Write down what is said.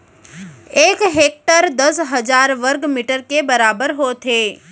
एक हेक्टर दस हजार वर्ग मीटर के बराबर होथे